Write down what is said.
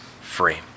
free